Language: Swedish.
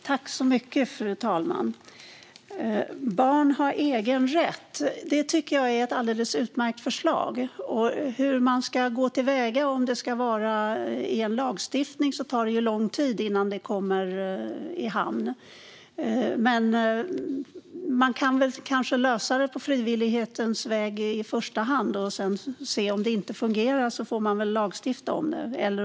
Fru talman! Att barn ska ha egen rätt tycker jag är ett alldeles utmärkt förslag. Hur ska man gå till väga? Om det ska vara en lagstiftning tar det lång tid innan det kommer i hamn. Men man kanske kan lösa det på frivillighetens väg i första hand. Om det inte fungerar får man väl lagstifta om det.